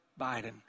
Biden